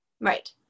Right